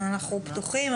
אנחנו פתוחים,